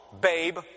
babe